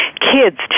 kids